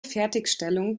fertigstellung